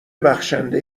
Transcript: بخشنده